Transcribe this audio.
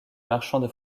marchands